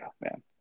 man